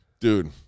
dude